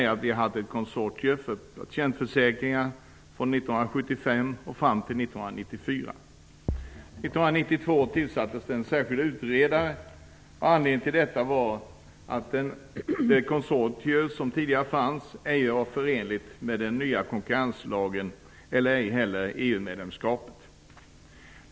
Från 1975 och fram till 1994 fanns det ett konsortium för patientförsäkringar. 1992 tillsattes en särskild utredare. Anledningen till detta var att konsortiet ej var förenligt med den nya konkurrenslagen och ej heller med EU-medlemskapet.